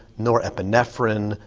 norepinephrine,